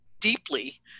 deeply